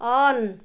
on